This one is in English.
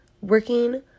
working